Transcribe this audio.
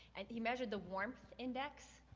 and he measured the warmth index,